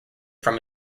from